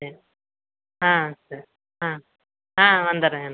சரி ஆ சரி ஆ ஆ வந்துடுறேன் வந்துடுறேன்